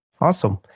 Awesome